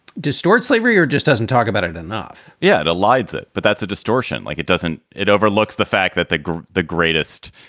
distort slavery or just doesn't talk about it it enough yeah yet? elides it. but that's a distortion. like, it doesn't it overlooks the fact that the the greatest,